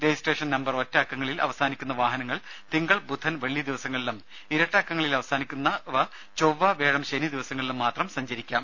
registration number ഒറ്റ അക്കങ്ങളിൽ അവസാനിക്കുന്ന വാഹനങ്ങൾ തിങ്കൾ ബുധൻ വെള്ളി ദിവസങ്ങളിലും ഇരട്ട അക്കങ്ങളിൽ അവസാനിക്കുന്നവ ചൊവ്വ വ്യാഴം ശനി ദിവസങ്ങളിലും മാത്രം സഞ്ചരിക്കാം